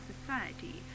Society